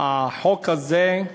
החוק הזה,